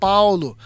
Paulo